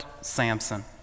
Samson